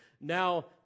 now